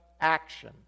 action